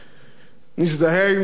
בני משפחת רבין, נזדהה עם צערכם הגדול,